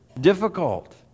difficult